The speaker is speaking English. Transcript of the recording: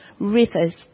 Rivers